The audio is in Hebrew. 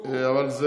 אבל יש